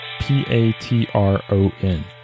P-A-T-R-O-N